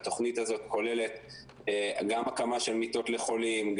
התכנית הזאת כוללת גם הקמה של מיטות לחולים,